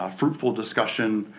ah fruitful discussion.